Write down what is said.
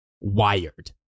wired